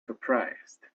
surprised